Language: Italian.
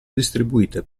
distribuite